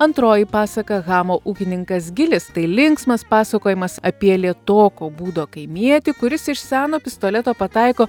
antroji pasaka hamo ūkininkas gilis tai linksmas pasakojimas apie lėtoko būdo kaimietį kuris iš seno pistoleto pataiko